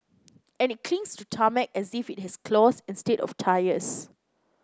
and it clings to tarmac as if it has claws instead of tyres